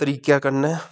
तरीके कन्नै